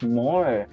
more